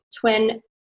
twin